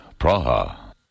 Praha